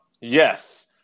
Yes